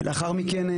ולאחר מכן,